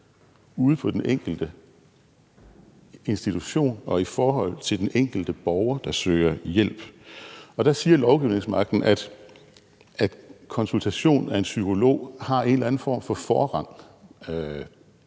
ude på den enkelte institution og i forhold til den enkelte borger, der søger hjælp. Der siger lovgivningsmagten, at konsultation af en psykolog har en eller anden form for forrang